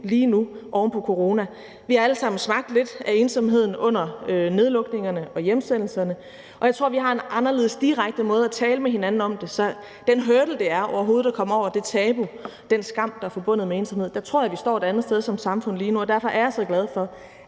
lige nu oven på corona. Vi har alle sammen smagt lidt af ensomheden under nedlukningerne og hjemsendelserne, og jeg tror, at vi har en anderledes direkte måde at tale med hinanden om det på. Så den hurdle, det er, overhovedet at komme over det tabu og den skam, der er forbundet med ensomhed, tror jeg vi står et andet sted i forhold til som samfund lige nu. Derfor er jeg så glad for,